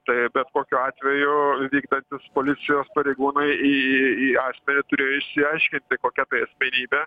tai bet kokiu atveju vykdantys policijos pareigūnai į į asmenį turėjo išsiaiškinti kokia tai asmenybė